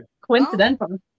coincidental